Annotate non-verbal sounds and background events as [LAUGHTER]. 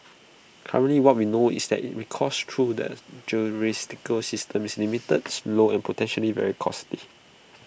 currently what we know is that in recourse through that [UNINTELLIGIBLE] system is limited slow and potentially very costly